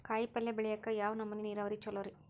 ಕಾಯಿಪಲ್ಯ ಬೆಳಿಯಾಕ ಯಾವ್ ನಮೂನಿ ನೇರಾವರಿ ಛಲೋ ರಿ?